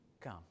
Come